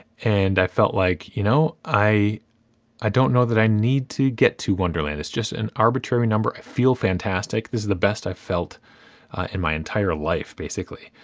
and i felt like, you know? i i don't know that i need to get to one-derland. it's just an arbitrary number. i feel fantastic. this is the best i've felt in my entire life, basically.